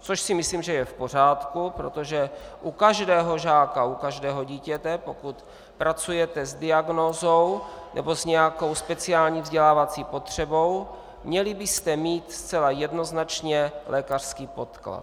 což si myslím, že je v pořádku, protože u každého žáka, u každého dítěte, pokud pracujete s diagnózou nebo s nějakou speciální vzdělávací potřebou, měli byste mít zcela jednoznačně lékařský podklad.